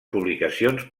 publicacions